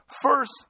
first